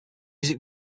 music